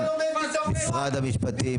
משרד המשפטים,